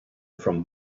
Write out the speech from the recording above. from